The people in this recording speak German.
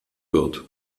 wird